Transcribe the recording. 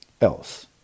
else